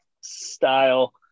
style